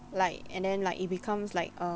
like and then like it becomes like